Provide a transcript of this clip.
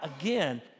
again